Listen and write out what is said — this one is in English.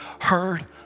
heard